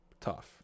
Tough